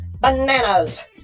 Bananas